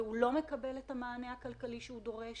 אבל הוא לא מקבל את המענה הכלכלי שהוא דורש.